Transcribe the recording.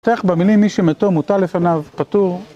פותח במילים מי שמתו מוטל לפניו פטור.